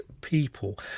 people